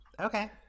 okay